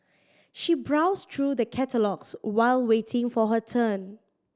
she browsed through the catalogues while waiting for her turn